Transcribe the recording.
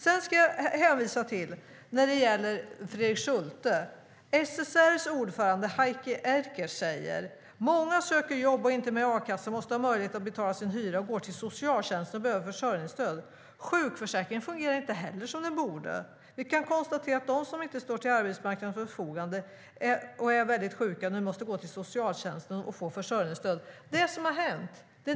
Sedan vill jag vända mig till Fredrik Schulte. SSR:s ordförande Heike Erkers säger att många som söker jobb, inte har a-kassa, som måste betala hyran, går till socialtjänsten och behöver försörjningsstöd. Sjukförsäkringen fungerar inte heller som den borde. De som inte står till arbetsmarknadens förfogande och är sjuka måste gå till socialtjänsten och få försörjningsstöd.